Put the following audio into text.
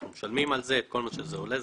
אנחנו משלמים על זה את כל מה שזה עולה.